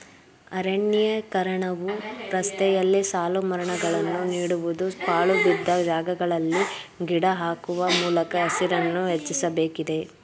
ಅರಣ್ಯೀಕರಣವು ರಸ್ತೆಯಲ್ಲಿ ಸಾಲುಮರಗಳನ್ನು ನೀಡುವುದು, ಪಾಳುಬಿದ್ದ ಜಾಗಗಳಲ್ಲಿ ಗಿಡ ಹಾಕುವ ಮೂಲಕ ಹಸಿರನ್ನು ಹೆಚ್ಚಿಸಬೇಕಿದೆ